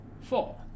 four